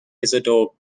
isidor